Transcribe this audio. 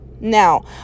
Now